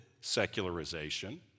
secularization